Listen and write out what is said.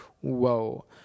whoa